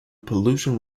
pollution